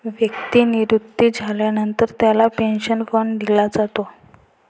व्यक्ती निवृत्त झाल्यानंतर त्याला पेन्शन फंड दिला जातो